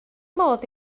modd